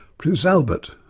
prince albert,